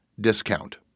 discount